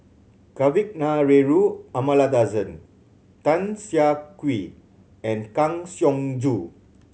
Kavignareru Amallathasan Tan Siah Kwee and Kang Siong Joo